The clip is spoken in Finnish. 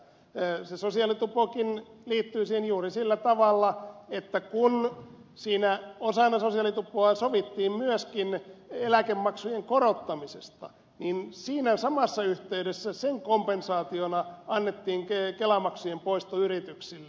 se sosiaalitupokin liittyy siihen juuri sillä tavalla että kun osana sosiaalitupoa sovittiin myöskin eläkemaksujen korottamisesta niin siinä samassa yhteydessä sen kompensaationa annettiin kelamaksujen poisto yrityksille